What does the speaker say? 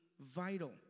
vital